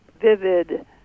vivid